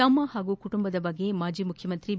ತಮ್ಮ ಹಾಗೂ ಕುಟುಂಬದ ಬಗ್ಗೆ ಮಾಜಿ ಮುಖ್ಯ ಮಂತ್ರಿ ಬಿ